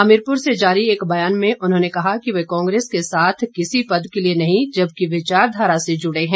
हमीरपुर से जारी एक बयान में उन्होंने कहा कि वे कांग्रेस के साथ किसी पद के लिए नहीं जबकि विचारधारा से जुड़े हैं